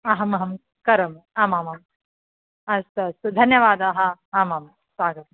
अहम् अहं करोमि आमामाम् अस्तु अस्तु धन्यवादः आमां स्वागतम्